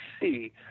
see